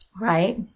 Right